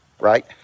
right